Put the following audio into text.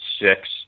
six